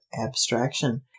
abstraction